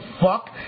fuck